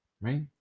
right